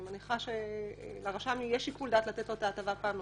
אני מניחה שלרשם יהיה שיקול דעת לתת לו את ההטבה פעם נוספת,